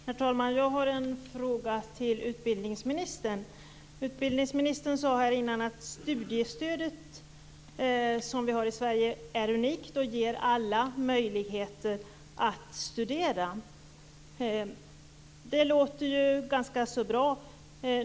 Herr talman! Jag har en fråga till utbildningsministern. Utbildningsministern sade tidigare att det studiestöd som vi har i Sverige är unikt och ger alla möjlighet att studera. Det låter ganska bra.